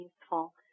useful